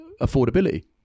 affordability